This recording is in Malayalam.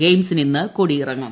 ഗെയിംസിന് ഇന്ന് കൊടിയിറങ്ങും